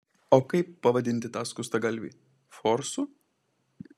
o kaip pavadinti tą skustagalvį forsu